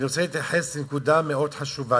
אני רוצה להתייחס לנקודה מאוד חשובה.